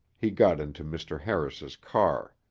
he got into mr. harris's car.